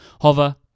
Hover